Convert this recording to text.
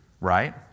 Right